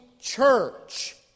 church